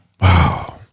Wow